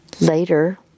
later